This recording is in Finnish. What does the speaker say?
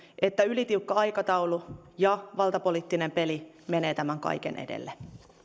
että ylitiukka aikataulu ja valtapoliittinen peli menevät tämän kaiken edelle